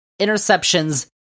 interceptions